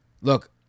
Look